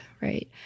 right